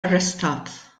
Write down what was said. arrestat